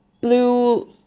blue